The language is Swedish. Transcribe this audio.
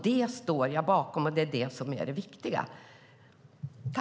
Det står jag bakom, och det är det som är det viktiga.